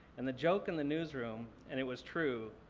and the joke in the newsroom, and it was true,